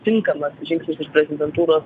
tinkamas žingsnis iš prezidentūros